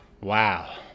Wow